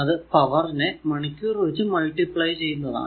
അത് പവർ നെ മണിക്കൂർ വച്ച് മൾട്ടിപ്ലൈ ചെയ്യുന്നതാണ്